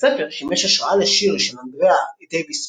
הספר שימש השראה לשיר של אנדריאה דייוויס פינקני,